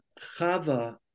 chava